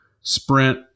sprint